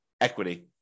equity